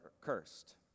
cursed